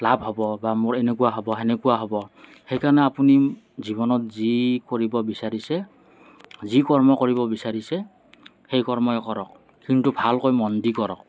লাভ হ'ব বা মোৰ এনেকুৱা হ'ব সেনেকুৱা হ'ব সেইকাৰণে আপুনি জীৱনত যি কৰিব বিচাৰিছে যি কৰ্ম কৰিব বিচাৰিছে সেই কৰ্মই কৰক কিন্তু ভালকৈ মন দি কৰক